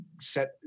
set